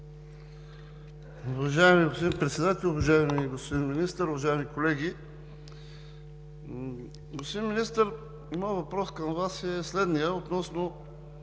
Уважаеми господин Председател, уважаеми господин Министър, уважаеми колеги! Господин Министър, моят въпрос към Вас е относно